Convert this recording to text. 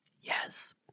Yes